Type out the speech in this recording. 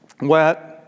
wet